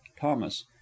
Thomas